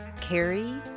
Carrie